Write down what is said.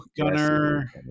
gunner